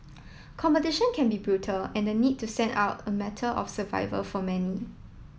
competition can be brutal and the need to stand out a matter of survival for many